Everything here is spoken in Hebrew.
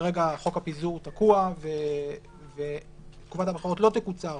שכרגע חוק הפיזור תקוע ותקופת הבחירות לא תקוצר,